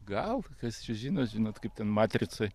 gal kas čia žino žinot kaip ten matricoj